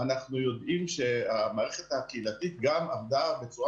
אנחנו יודעים שהמערכת הקהילתית גם עבדה בצורה